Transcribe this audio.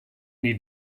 need